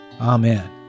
Amen